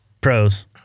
pros